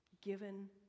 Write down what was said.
given